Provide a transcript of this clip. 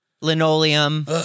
Linoleum